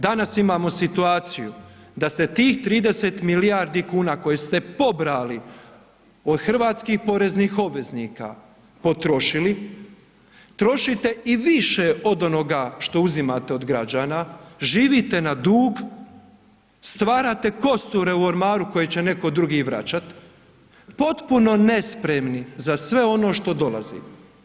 Danas imamo situaciju da ste tih 30 milijardi kuna koje ste pobrali od hrvatskih poreznih obveznika potrošili, trošite i više od onoga što uzimate od građana, živite na dug, stvarate kosture u ormaru koje će neko drugi vraćat potpuno nespremni za sve ono što dolazi.